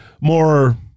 more